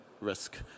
risk